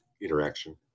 interaction